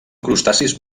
crustacis